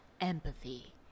Empathy